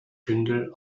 bündel